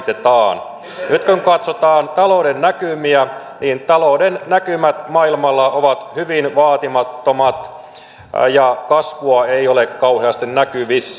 nyt kun katsotaan talouden näkymiä niin talouden näkymät maailmalla ovat hyvin vaatimattomat ja kasvua ei ole kauheasti näkyvissä